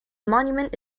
monument